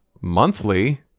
monthly